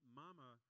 mama